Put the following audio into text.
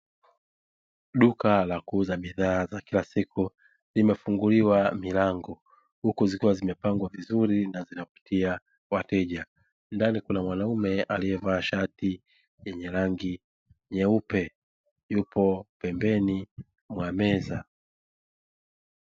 Duka la kuuza bidhaa za kila siku limefunguliwa milango, huku zikiwa zimepangwa vizuri na zinavutia wateja. Ndani kuna mwanaume aliyevalia shati la rangi nyeupe, yupo pembeni mwa meza.